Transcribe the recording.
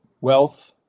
wealth